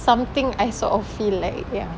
something I sort of feel like ya